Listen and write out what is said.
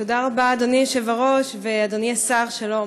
תודה רבה, אדוני היושב-ראש, ואדוני השר, שלום.